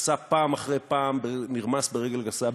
נרמס פעם אחרי פעם ברגל גסה,